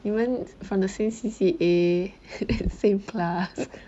you went from the same C_C_A same class